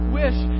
wish